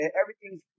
Everything's